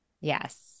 Yes